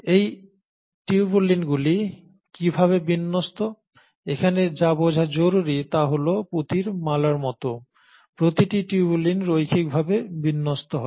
এই টিউবুলিনগুলি কীভাবে বিন্যস্ত এখানে যা বোঝা জরুরী তা হল পুঁতির মালার মত প্রতিটি টিউবুলিন রৈখিকভাবে বিন্যস্ত হয়